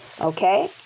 Okay